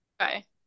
Okay